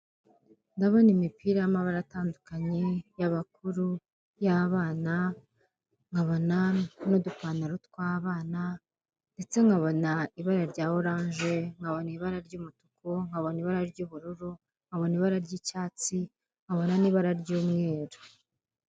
Ndabona imipira y'amabara atandukanye y'abakuru, y'abana, nkabona n'udupantaro tw'abana ndetse nkabona ibara rya oranje, nkabona ibara ry'umutuku, nkabona ibara ry'ubururu, nkabona ibara ry'icyatsi nkabona n'ibara ry'umweru.